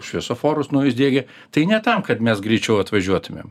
šviesoforus naujus diegia tai ne tam kad mes greičiau atvažiuotumėm